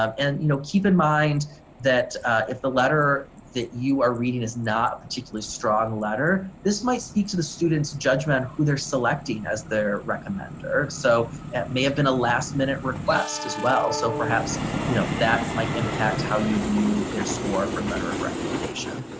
um and you know keep in mind that if the letter that you are reading is not a particularly strong letter, this might speak to the students' judgment who they're selecting as their recommender, so it may have been a last minute request as well so perhaps you know that might impact how you view their score from letter of recommendation.